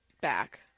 back